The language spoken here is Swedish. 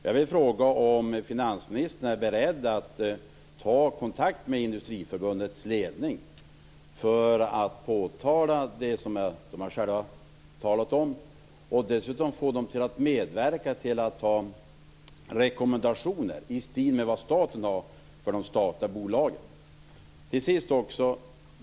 Jag vill fråga om finansministern är beredd att ta kontakt med Industriförbundets ledning för att påtala de saker som de själva berättat om och få dem att medverka till att ha rekommendationer i stil med vad staten har för de statliga bolagen.